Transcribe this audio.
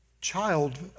child